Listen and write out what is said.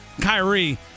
Kyrie